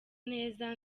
neza